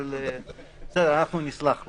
אבל אנחנו נסלח לו.